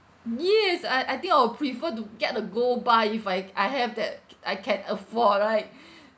yes I I think I will prefer to get a gold bar if I I have that I can afford right